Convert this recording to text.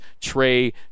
Trey